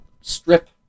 strip